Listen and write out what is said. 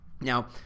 Now